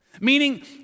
meaning